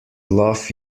love